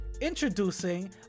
Introducing